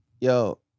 yo